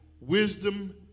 wisdom